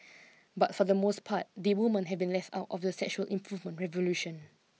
but for the most part the women have been left out of the sexual improvement revolution